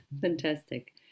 Fantastic